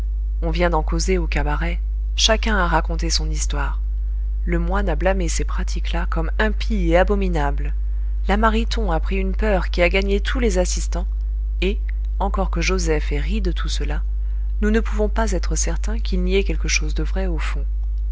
on vient d'en causer au cabaret chacun a raconté son histoire le moine a blâmé ces pratiques là comme impies et abominables la mariton a pris une peur qui a gagné tous les assistants et encore que joseph ait ri de tout cela nous ne pouvons pas être certains qu'il n'y ait quelque chose de vrai au fond